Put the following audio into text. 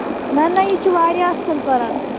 نہَ نہَ یہِ چھُ واریاہ اَصٕل پَران